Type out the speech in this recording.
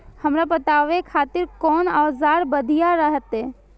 हमरा पटावे खातिर कोन औजार बढ़िया रहते?